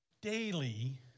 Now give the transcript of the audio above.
daily